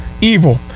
evil